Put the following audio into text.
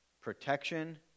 protection